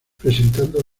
presentando